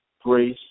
Grace